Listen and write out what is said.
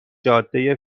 جاده